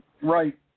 Right